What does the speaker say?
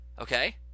Okay